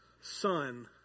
son